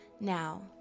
Now